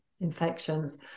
infections